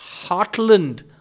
heartland